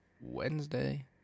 Wednesday